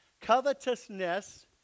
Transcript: covetousness